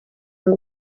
ngo